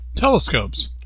Telescopes